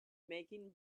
making